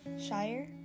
Shire